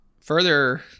further